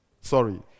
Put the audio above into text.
Sorry